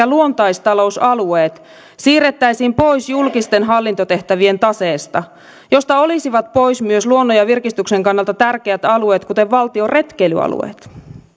luontaistalousalueet siirrettäisiin pois julkisten hallintotehtävien taseesta josta olisivat pois myös luonnon ja virkistyksen kannalta tärkeät alueet kuten valtion retkeilyalueet